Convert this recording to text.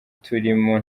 turimo